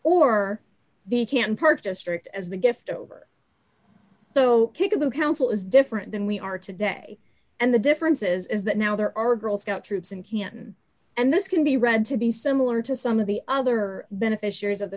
the can't park district as the gift over so think of the council is different than we are today and the difference is that now there are girl scout troops in canton and this can be read to be similar to some of the other beneficiaries of the